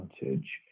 advantage